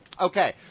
okay